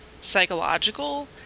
psychological